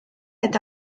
eta